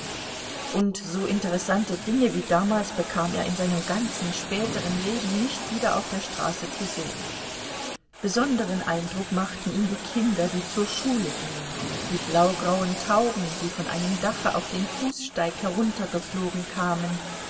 und so interessante dinge wie damals bekam er in seinem ganzen späteren leben nicht wieder auf der straße zu sehen besonderen eindruck machten ihm die kinder die zur schule gingen die blaugrauen tauben die von einem dache auf den fußsteig heruntergeflogen kamen